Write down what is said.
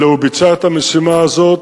אלא הוא ביצע את המשימה הזאת,